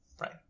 Right